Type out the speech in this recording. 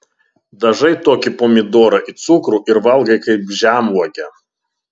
dažai tokį pomidorą į cukrų ir valgai kaip žemuogę